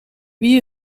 wie